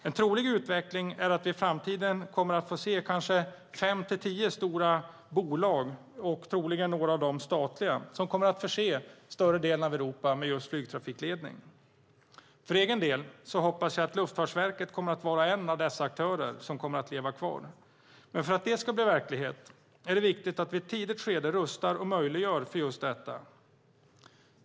En trolig utveckling är att vi i framtiden kommer att se kanske fem till tio stora bolag - troligen några av dem statliga - som kommer att förse större delen av Europa med flygtrafikledning. För egen del hoppas jag att Luftfartsverket kommer att vara en av de aktörer som kommer att leva kvar. Men för att det ska bli verklighet är det viktigt att vi i ett tidigt skede rustar för och möjliggör just detta.